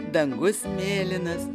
dangus mėlynas